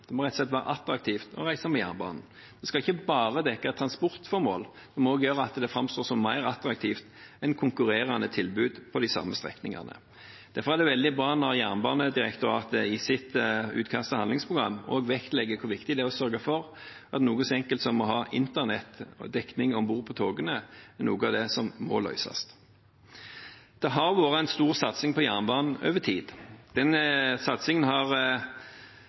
Det må rett og slett være attraktivt å reise med jernbanen. Den skal ikke bare dekke transportformål, den må også framstå som mer attraktiv enn konkurrerende tilbud på de samme strekningene. Derfor er det veldig bra at Jernbanedirektoratet i sitt utkast til handlingsprogram også vektlegger hvor viktig det er å sørge for at noe så enkelt som å ha internettdekning om bord på togene er noe av det som må løses. Det har vært en stor satsing på jernbanen over tid. Den satsingen har